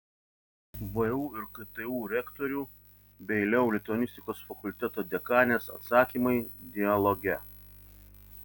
vu ir ktu rektorių bei leu lituanistikos fakulteto dekanės atsakymai dialoge